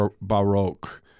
Baroque